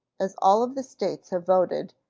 as all of the states have voted,